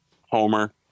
Homer